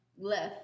left